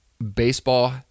Baseball